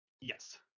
Yes